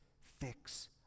fix